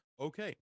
Okay